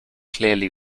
clearly